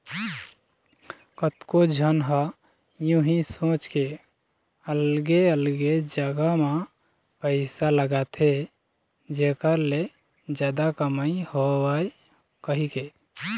कतको झन ह यहूँ सोच के अलगे अलगे जगा म पइसा लगाथे जेखर ले जादा कमई होवय कहिके